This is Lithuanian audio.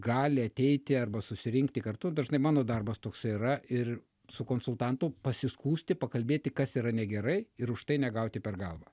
gali ateiti arba susirinkti kartu ir dažnai mano darbas toks yra ir su konsultantu pasiskųsti pakalbėti kas yra negerai ir už tai negauti per galvą